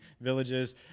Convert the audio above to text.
villages